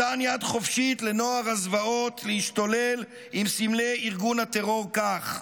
מתן יד חופשית לנוער הזוועות להשתולל עם סמלי ארגון הטרור כך,